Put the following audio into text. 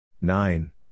Nine